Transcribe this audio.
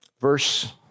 verse